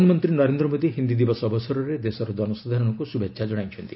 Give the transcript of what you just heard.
ପ୍ରଧାନମନ୍ତ୍ରୀ ନରେନ୍ଦ୍ର ମୋଦି ହିନ୍ଦୀ ଦିବସ ଅବସରରେ ଦେଶର ଜନସାଧାରଣଙ୍କୁ ଶୁଭେଚ୍ଛା ଜଣାଇଛନ୍ତି